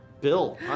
Bill